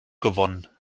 gewonnen